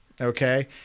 Okay